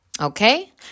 Okay